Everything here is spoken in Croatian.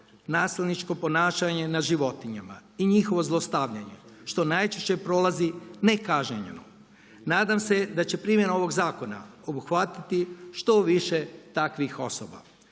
nasilničko ponašanje na životinjama i njihovo zlostavljanje što najčešće prolazi nekažnjeno. Nadam se da će primjena ovog zakona obuhvatiti što više takvih osoba.